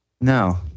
No